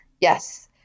Yes